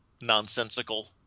nonsensical